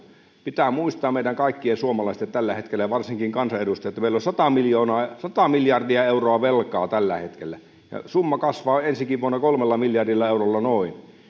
pitää muistaa meidän kaikkien suomalaisten tällä hetkellä ja varsinkin kansanedustajien että meillä on sata miljardia euroa velkaa tällä hetkellä ja summa kasvaa ensikin vuonna noin kolmella miljardilla eurolla